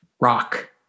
Rock